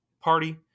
party